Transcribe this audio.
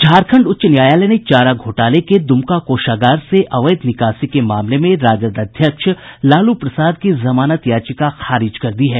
झारखंड उच्च न्यायालय ने चारा घोटाले के दुमका कोषागार से अवैध निकासी के मामले में राजद अध्यक्ष लालू प्रसाद की जमानत याचिका खारिज कर दी है